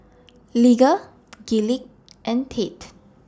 Lige Gillie and Tate